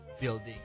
building